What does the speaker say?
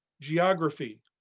geography